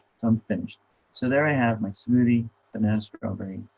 so i'm finished so there i have my smoothie banana strawberry.